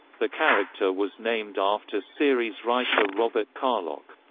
the character was named after series writer robert carlock.